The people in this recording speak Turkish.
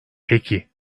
peki